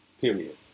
period